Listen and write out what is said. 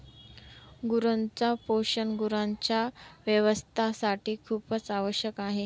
गुरांच पोषण गुरांच्या स्वास्थासाठी खूपच आवश्यक आहे